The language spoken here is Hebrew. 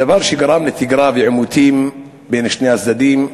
דבר שגרם לתגרה ועימותים בין שני הצדדים.